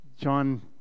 John